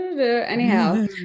anyhow